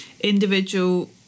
individual